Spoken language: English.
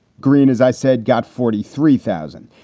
green, as i said, got forty three thousand.